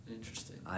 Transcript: Interesting